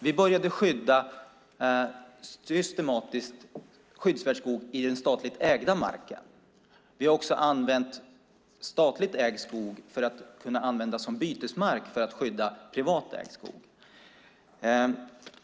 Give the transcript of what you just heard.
Vi började systematiskt skydda skyddsvärd skog på den statligt ägda marken. Vi har också använt statligt ägd skog som bytesmark för att skydda privat ägd skog.